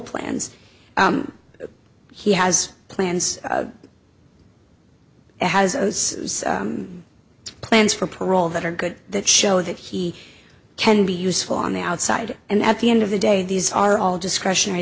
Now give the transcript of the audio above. plans he has plans and has plans for parole that are good that show that he can be useful on the outside and at the end of the day these are all discretionary